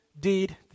deed